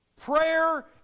prayer